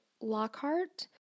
Lockhart